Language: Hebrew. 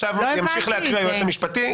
עכשיו ימשיך להקריא היועץ המשפטי.